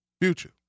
Future